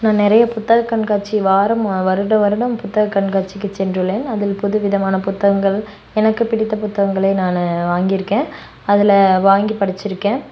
நான் நிறைய புத்தக கண்காட்சி வாரம் வருடம் வருடம் புத்தக கண்காட்சிக்கு சென்றுள்ளேன் அதில் புது விதமான புத்தகங்கள் எனக்கு பிடித்த புத்தகங்களே நான் வாங்கியிருக்கேன் அதில் வாங்கி படிச்சிருக்கேன்